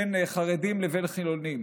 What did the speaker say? בין חרדים לבין חילונים.